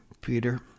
Peter